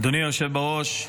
אדוני היושב בראש,